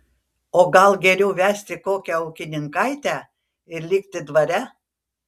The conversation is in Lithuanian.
o gal geriau vesti kokią ūkininkaitę ir likti dvare